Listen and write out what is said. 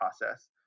process